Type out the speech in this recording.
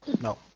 No